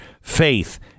faith